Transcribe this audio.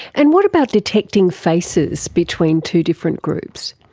and what about detecting faces between two different groups?